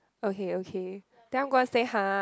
okay okay then I'm gonna say !huh!